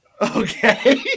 Okay